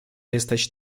jesteś